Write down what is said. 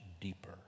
deeper